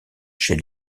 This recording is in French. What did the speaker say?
chez